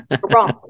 wrong